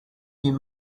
you